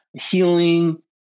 healing